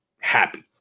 happy